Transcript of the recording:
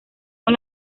con